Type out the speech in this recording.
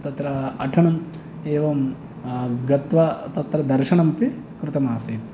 तत्र अटनम् एवं गत्वा तत्र दर्शनम् अपि कृतमासीत्